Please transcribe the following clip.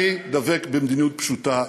אני דבק במדיניות פשוטה.